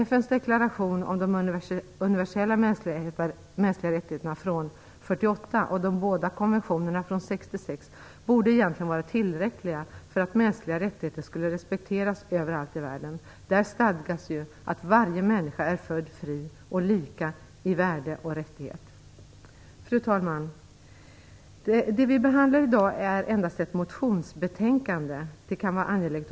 FN:s deklaration om de universella mänskliga rättigheterna från år 1948 och de båda konventionerna från år 1966 borde egentligen vara tillräckliga för att mänskliga rättigheter skulle respekteras överallt i världen. Där stadgas ju att varje människa är född fri och lika i värde och rättighet. Fru talman! Det kan vara angeläget att påpeka att det som vi i dag behandlar är endast ett motionsbetänkande.